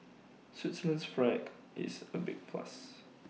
Switzerland's flag is A big plus